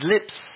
lips